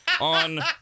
on